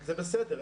זה בסדר,